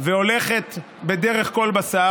והולכת בדרך כל בשר.